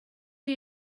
chi